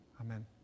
amen